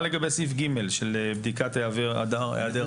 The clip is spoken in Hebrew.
מה לגבי סעיף (ג) של בדיקת היעדר עבר?